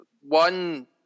one